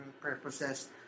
purposes